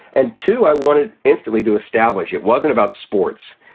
and two, i wanted instantly to establish it wasn't about sports,